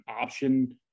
option